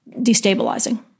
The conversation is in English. destabilizing